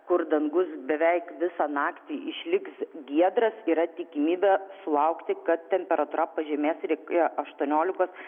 kur dangus beveik visą naktį išliks giedras yra tikimybė sulaukti kad temperatūra pažemės ir iki aštuoniolikos